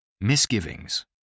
Misgivings